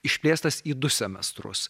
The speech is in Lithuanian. išplėstas į du semestrus